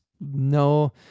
no